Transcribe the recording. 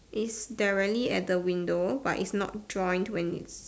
is there any at the window but it's not drawn to any